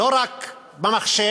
לא רק במחשב